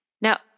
Now